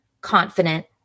confident